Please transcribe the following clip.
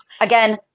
Again